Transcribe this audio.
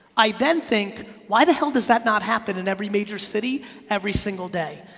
i then think why the hell does that not happen in every major city every single day,